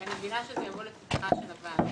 שאני מבינה שזה יבוא לפתחה של הוועדה.